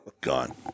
gone